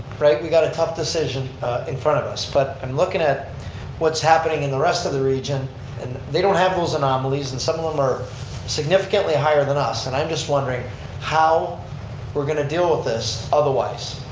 we've got a tough decision in front of us but i'm looking at what's happening in the rest of the region and they don't have those anomalies and some of em are significantly higher than us and i'm just wondering how we're going to deal with this otherwise.